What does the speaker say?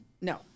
No